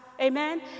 amen